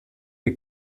les